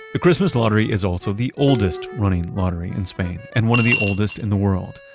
the christmas lottery is also the oldest running lottery in spain and one of the oldest in the world.